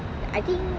I think